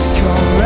come